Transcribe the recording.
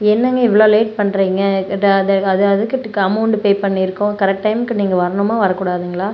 என்னங்க இவ்வளோ லேட் பண்ணுறீங்க அது அது அதுக்குட்டுக்கு அமௌண்டு பே பண்ணியிருக்கோம் கரெக்ட் டைமுக்கு நீங்கள் வரணுமா வரக்கூடாதுங்களா